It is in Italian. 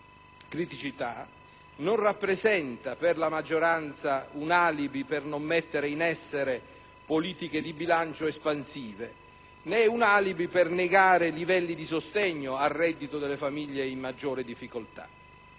criticità non rappresenta per la maggioranza un alibi per non mettere in essere politiche di bilancio espansive, né un alibi per negare livelli di sostegno al reddito delle famiglie in maggiore difficoltà.